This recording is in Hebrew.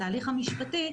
התהליך המשפטי,